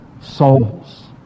souls